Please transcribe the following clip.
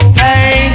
hey